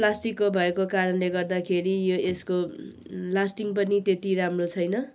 प्लास्टिकको भएको कारणले गर्दाखेरि यो यसको लास्टिङ पनि त्यति राम्रो छैन